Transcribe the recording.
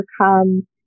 overcome